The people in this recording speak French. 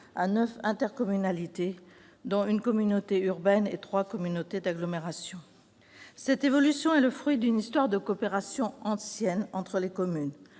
à neuf, dont une communauté urbaine et trois communautés d'agglomération. Cette évolution est le fruit d'une histoire de coopération ancienne entre les communes.